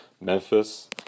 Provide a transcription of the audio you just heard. Memphis